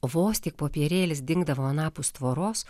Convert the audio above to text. vos tik popierėlis dingdavo anapus tvoros